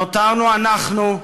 נותרנו אנחנו,